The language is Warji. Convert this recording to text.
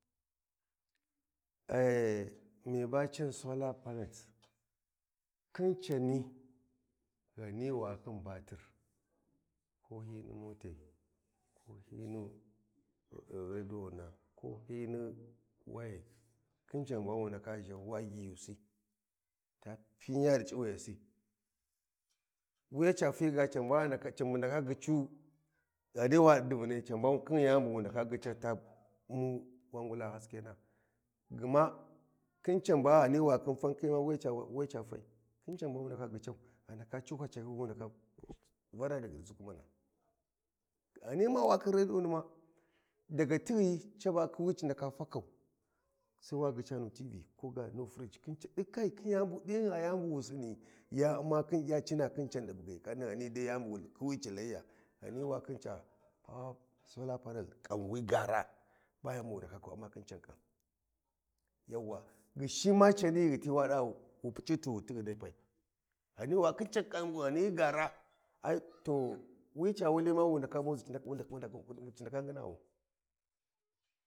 mi ba can sola panet khin cani Ghani wa khin batin ko hyini motai ko hyi ni rediyona ko hyini wayai khin can ba wu ndaka zha wa ghighusi ta piya di c’iviyasi wuya ca fi ga can ba ndaka can be gyicu Ghani wa di divunai can ba kuwai yani bu wu ndaka gyica ta ummu wan gula haskena gma khin ca ba Ghani wa khin fulkayu wuya ca fai khin can ba wi ndaka gyican a ndaka cu hacakai wi wu ndaka vara daga di zhukumana Ghani ma wa khin rediyo nima daga tighi caba khiwi ci ndaka fakau sai wa ghica nu T.V ko ga nu furig khin can kai din yan din gha yani bu wu sini ya umma khin ya cina khin can di bughi kanni Ghani wa khin ca pawa solar panel kanwi gaara ba yani bu wu ndaka kwa umma khin can kan yawwa ghishiyi ma cani ghiti wa da wu puc’I tighu tighi nepai Ghani wa khin can kan Ghani gaara ai to wuya ca wali